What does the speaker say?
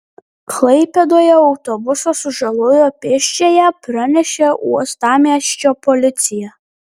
klaipėdoje autobusas sužalojo pėsčiąją pranešė uostamiesčio policija